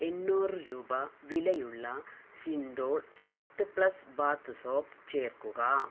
എണ്ണൂറ് രൂപ വിലയുള്ള Cinthol health plus bath soap ചേർക്കുക